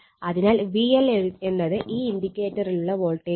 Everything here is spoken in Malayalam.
അതിനാൽ VL എന്നത് ഈ ഇൻഡികേറ്ററിലുള്ള വോൾട്ടേജാണ്